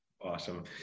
Awesome